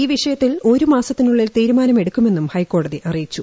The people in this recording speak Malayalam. ഈ വിഷയത്തിൽ ഒരു മാസത്തിനുള്ളിൽ തീരുമാനമെടുക്കുമെന്നും ഹൈക്കോടതി അറിയിച്ചു